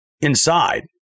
inside